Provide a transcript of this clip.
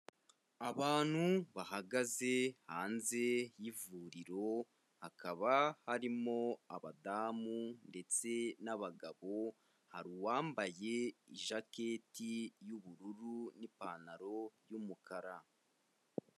Abantu bahagaze hanze y'ivuriro hakaba harimo abadamu ndetse n'abagabo, hari uwambaye ijaketi y'ubururu n'ipantaro y'umukara.